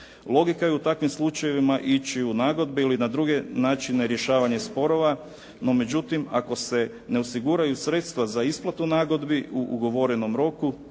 Logika je u takvim slučajevima ići u nagodbe ili na druge načine rješavanja sporova, no međutim ako se ne osiguraju sredstva za isplatu nagodbi u ugovorenom roku